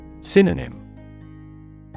Synonym